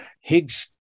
Higgs